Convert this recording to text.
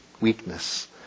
weakness